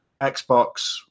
Xbox